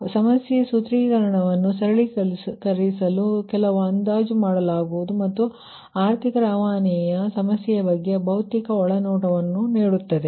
ಆದ್ದರಿಂದ ಸಮಸ್ಯೆ ಸೂತ್ರೀಕರಣವನ್ನು ಸರಳೀಕರಿಸಲು ಕೆಲವು ಅಂದಾಜು ಮಾಡಲಾಗುವುದು ಮತ್ತು ಇದು ಆರ್ಥಿಕ ರವಾನೆಯ ಸಮಸ್ಯೆಯ ಬಗ್ಗೆ ಭೌತಿಕ ಒಳನೋಟವನ್ನು ನೀಡುತ್ತದೆ